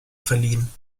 verliehen